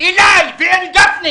אליי ואל גפני